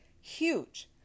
Huge